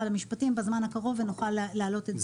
המשפטים בזמן הקרוב ונוכל להעלות את זה.